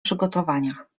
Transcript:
przygotowaniach